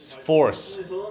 force